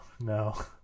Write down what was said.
no